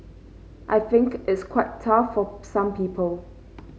I think it's quite tough for some people